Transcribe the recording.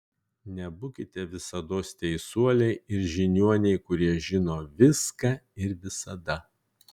nebūkime visatos teisuoliai ir žiniuoniai kurie žino viską ir visada